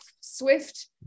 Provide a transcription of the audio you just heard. swift